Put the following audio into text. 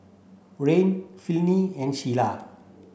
Ryne Finley and Sheila